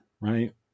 right